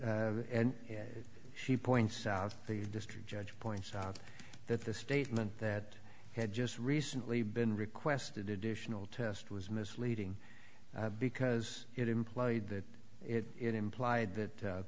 on she points out the district judge points out that the statement that had just recently been requested additional test was misleading because it implied that it implied that